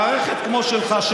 מערכת כמו שלך,